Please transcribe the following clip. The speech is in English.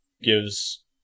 gives